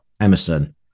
Emerson